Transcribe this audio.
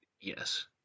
Yes